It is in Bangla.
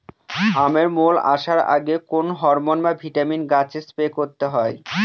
আমের মোল আসার আগে কোন হরমন বা ভিটামিন গাছে স্প্রে করতে হয়?